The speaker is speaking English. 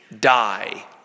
die